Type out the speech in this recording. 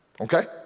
Okay